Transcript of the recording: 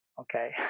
Okay